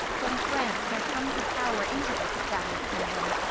from france there comes a power into this scattered kingdom,